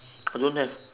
I don't have